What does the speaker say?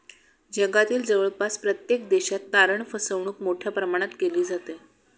जगातील जवळपास प्रत्येक देशात तारण फसवणूक मोठ्या प्रमाणात केली जाते